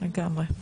לגמרי.